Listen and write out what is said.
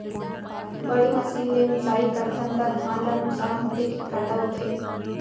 बड़ी मशीन ले मिसाई करथन त धान ल नुकसान होथे की फायदा होथे?